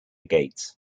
gates